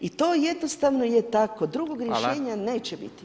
I to jednostavno je tako, drugog rješenja neće biti.